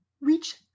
reach